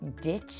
Ditch